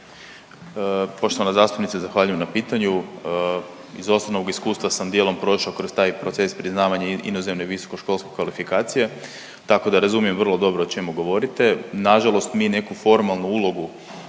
Poštovana zastupnice zahvaljujem na pitanju. Iz osobnog iskustva sam dijelom prošao kroz taj proces priznavanja inozemne visokoškolske kvalifikacije, tako da razumijem vrlo dobro o čemu govorite. Na žalost mi neku formalnu ulogu